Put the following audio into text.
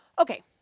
Okay